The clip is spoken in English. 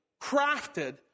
crafted